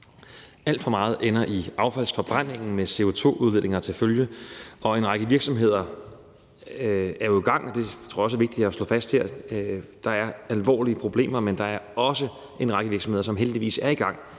Alt for meget ender i affaldsforbrændingen med CO2-udledninger til følge, og en række virksomheder er jo i gang, det tror jeg også er vigtigt at slå fast her, med at gøre noget. Der er alvorlige problemer, men der er også en række virksomheder, som heldigvis er i gang